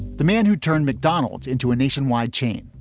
the man who turned mcdonald's into a nationwide chain.